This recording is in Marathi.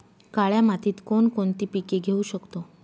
काळ्या मातीत कोणकोणती पिके घेऊ शकतो?